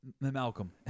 Malcolm